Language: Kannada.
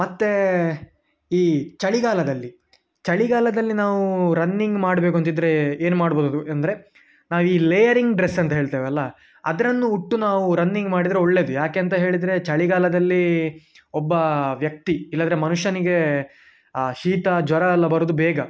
ಮತ್ತೆ ಈ ಚಳಿಗಾಲದಲ್ಲಿ ಚಳಿಗಾಲದಲ್ಲಿ ನಾವು ರನ್ನಿಂಗ್ ಮಾಡಬೇಕು ಅಂತಿದ್ದರೆ ಏನು ಮಾಡ್ಬೋದು ಎಂದರೆ ನಾವು ಈ ಲೇಯರಿಂಗ್ ಡ್ರೆಸ್ ಅಂತ ಹೇಳ್ತೇವಲ್ಲ ಅದನ್ನು ಉಟ್ಟು ನಾವು ರನ್ನಿಂಗ್ ಮಾಡಿದರೆ ಒಳ್ಳೆಯದು ಯಾಕಂತ ಹೇಳಿದರೆ ಚಳಿಗಾಲದಲ್ಲಿ ಒಬ್ಬ ವ್ಯಕ್ತಿ ಇಲ್ಲದ್ರೆ ಮನುಷ್ಯನಿಗೆ ಆ ಶೀತ ಜ್ವರ ಎಲ್ಲ ಬರುವುದು ಬೇಗ